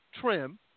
trim